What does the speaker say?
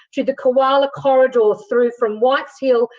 to the koala corridor through from whites hill,